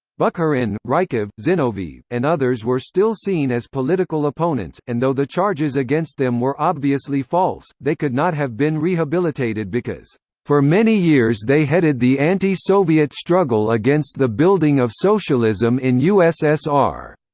bukharin, rykov, zinoviev, and others were still seen as political opponents, and though the charges against them were obviously false, they could not have been rehabilitated because for many years they headed the anti-soviet struggle against the building of socialism in ussr.